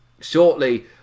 shortly